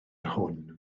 hwn